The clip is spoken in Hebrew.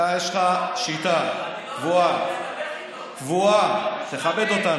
אתה, יש לך שיטה קבועה, קבועה.